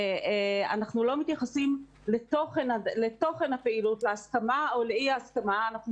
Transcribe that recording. אנחנו לא מתייחסים לתוכן הפעילות שלו ולהסכמה או לאי-הסכמה שלנו איתו,